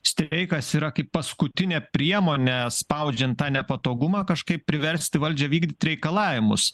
streikas yra kaip paskutinė priemonė spaudžiant tą nepatogumą kažkaip priversti valdžią vykdyt reikalavimus